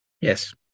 Yes